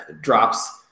Drops